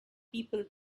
people